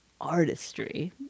artistry